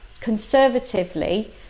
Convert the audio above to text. conservatively